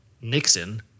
Nixon